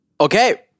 Okay